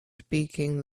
speaking